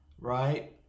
right